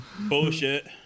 bullshit